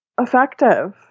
effective